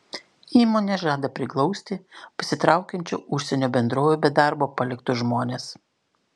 įmonė žada priglausti pasitraukiančių užsienio bendrovių be darbo paliktus žmones